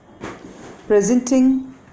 presenting